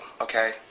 Okay